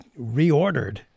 reordered